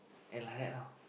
and like that now